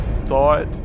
thought